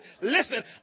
listen